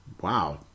Wow